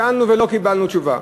שאלנו ולא קיבלנו תשובה.